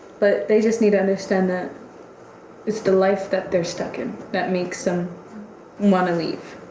but they just need to understand that it's the life that they're stuck in that makes them wanna leave.